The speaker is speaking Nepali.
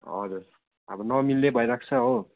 हजुर अब नमिल्ने भइराख्छ हो